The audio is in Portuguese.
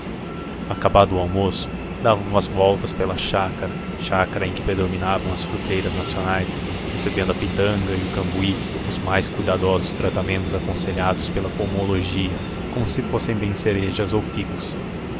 acabado o almoço dava umas voltas pela chácara em que predominavam as fruteiras nacionais recebendo a pitanga e o cambuim os mais cuidadosos tratamentos aconselhados pela pomologia como se fossem bem cerejas ou figos